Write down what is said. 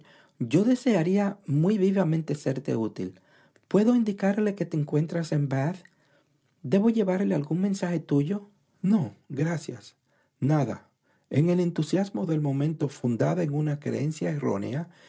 yo desearía muy vivamente serte útil puedo indicarle que te encuentras en bath debo llevarle algún mensaje tuyo no gracias nada en el entusiasmo del momento fundada en una creencia errónea